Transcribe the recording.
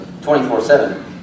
24-7